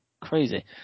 crazy